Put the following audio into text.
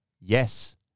Yes